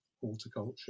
horticulture